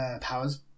powers